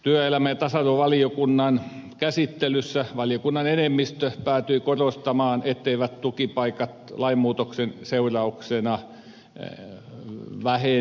työelämä ja tasa arvovaliokunnan käsittelyssä valiokunnan enemmistö päätyi korostamaan etteivät tukipaikat lainmuutoksen seurauksena vähene